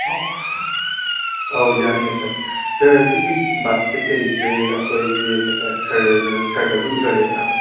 ꯑꯥ ꯑꯧ ꯌꯥꯅꯤꯌꯦ sir sir ꯁꯤꯒꯤ ꯕꯥꯁꯀꯦꯠꯈꯩꯁꯦ ꯑꯩꯈꯣꯏꯒꯤ ꯀꯩ ꯍꯥꯏꯇꯥꯔꯦ ꯁꯔꯗ ꯁꯔꯅꯖꯨ ꯎꯖꯔꯦꯗꯅ